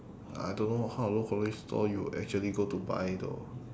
I don't know what kind of low quality store you would actually go to buy though